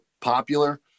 popular